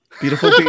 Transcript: beautiful